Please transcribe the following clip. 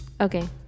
Okay